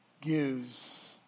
gives